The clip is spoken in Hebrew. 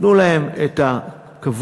תנו להם את הכבוד